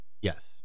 Yes